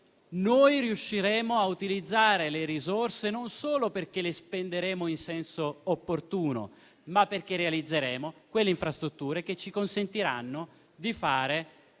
riusciremo a utilizzarle non solo perché le spenderemo in senso opportuno, ma perché realizzeremo le infrastrutture che ci consentiranno di fare un